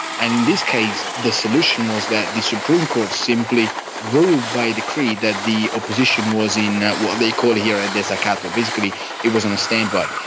and in this case the solution was that the supreme court simply ruled by decree that the opposition was in what they call here a desacato, basically it was on a standby.